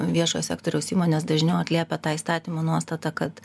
viešojo sektoriaus įmonės dažniau atliepia tą įstatymo nuostatą kad